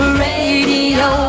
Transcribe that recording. radio